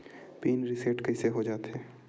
Pin reset कइसे हो जाथे?